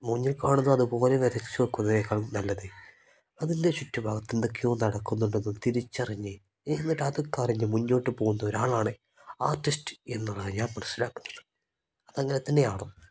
മുന്നിൽ കാണുന്നത് അതുപോലെ വരച്ചു വയ്ക്കുന്നതിനേക്കാളും നല്ലത് അതിൻ്റെ ചുറ്റുഭാഗത്ത് എന്തൊക്കെയോ നടക്കുന്നുണ്ടെന്നും തിരിച്ചറിഞ്ഞ് എന്നിട്ട് അതൊക്കെ അറിഞ്ഞ് മുന്നോട്ട് പോകുന്ന ഒരാളാണ് ആർട്ടിസ്റ്റ് എന്നുള്ളതാണ് ഞാൻ മനസ്സിലാക്കുന്നത് അതങ്ങനെ തന്നെയാണ്